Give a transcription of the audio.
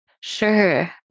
Sure